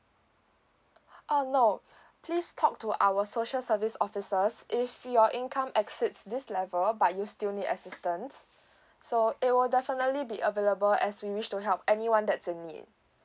ah no please talk to our social service officers if your income exceeds this level but you still need assistance so it will definitely be available as we wish to help anyone that's in need